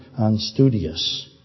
Unstudious